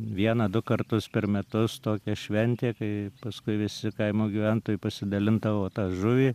vieną du kartus per metus tokia šventė kai paskui visi kaimo gyventojai pasidalindavo tą žuvį